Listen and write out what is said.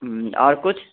हूँ आओर किछु